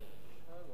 על הצורך